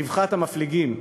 ברווחת המפליגים.